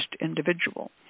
individual